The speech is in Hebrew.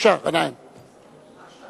חבר הכנסת גנאים, בבקשה.